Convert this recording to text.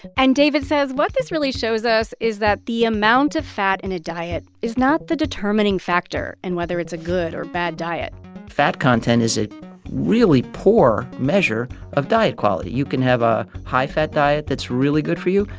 and david says what this really shows us is that the amount of fat in a diet is not the determining factor in whether it's a good or bad diet fat content is a really poor measure of diet quality. you can have a high-fat diet that's really good for you.